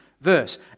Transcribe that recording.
verse